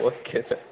okay sir